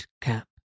cap